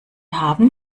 haben